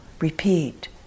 repeat